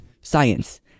science